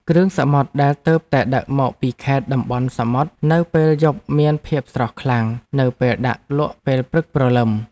គ្រឿងសមុទ្រដែលទើបតែដឹកមកពីខេត្តតំបន់សមុទ្រនៅពេលយប់មានភាពស្រស់ខ្លាំងនៅពេលដាក់លក់ពេលព្រឹកព្រលឹម។